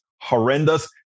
horrendous